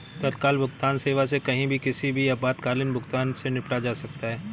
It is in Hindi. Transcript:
तत्काल भुगतान सेवा से कहीं भी किसी भी आपातकालीन भुगतान से निपट सकते है